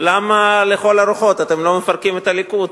אולי משאלתו: למה לכל הרוחות אתם לא מפרקים את הליכוד?